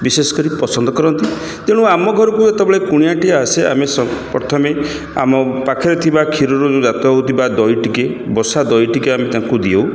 ବିଶେଷ କରି ପସନ୍ଦ କରନ୍ତି ତେଣୁ ଆମ ଘରକୁ ଯେତେବେଳେ କୁଣିଆଟି ଆସେ ଆମେ ପ୍ରଥମେ ଆମ ପାଖରେ ଥିବା କ୍ଷୀରରୁ ଯୋଉ ଜାତ ହେଉଥିବା ଦହି ଟିକେ ବସା ଦହି ଟିକେ ଆମେ ତାଙ୍କୁ ଦେଉ